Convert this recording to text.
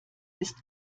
ist